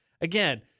again